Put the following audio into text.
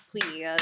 please